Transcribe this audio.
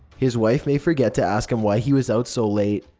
his wife might forget to ask and why he was out so late,